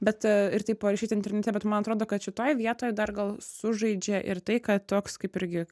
bet ir taip parašyt internete bet man atrodo kad šitoj vietoj dar gal sužaidžia ir tai kad toks kaip irgi